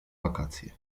wakacje